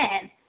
ten